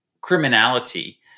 criminality